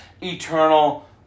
eternal